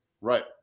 right